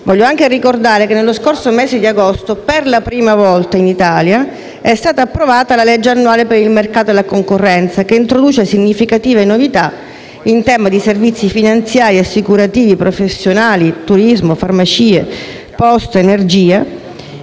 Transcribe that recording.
e alla giustizia. Nello scorso mese di agosto, per la prima volta in Italia, è stata approvata la legge annuale per il mercato e la concorrenza, che introduce significative novità in tema di servizi finanziari, assicurativi e professionali, mercato dell'energia,